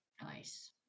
Nice